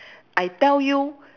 I tell you